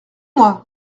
moi